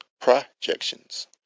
projections